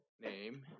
name